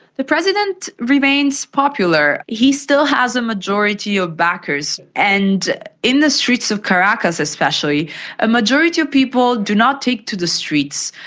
the president remains popular. he still has a majority of backers, and in the streets of caracas especially a majority of people do not take to the streets.